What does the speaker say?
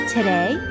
Today